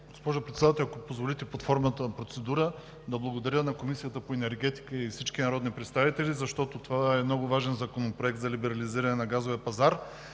Госпожо Председател, ако позволите, под формата на процедура да благодаря на Комисията по енергетика и на всички народни представители, защото това е много важен законопроект за либерализиране на газовия пазар.